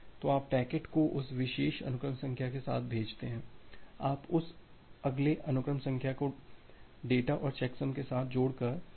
तो आप पैकेट को उस विशेष अनुक्रम संख्या के साथ भेजते हैं आप उस अगले अनुक्रम संख्या को डेटा और चेकसम के साथ जोड़कर पैकेट का निर्माण करते हैं